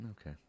Okay